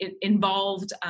involved